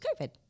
COVID